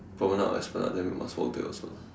Promenade or esplanade then we must walk there also